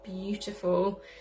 beautiful